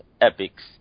Epics